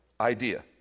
idea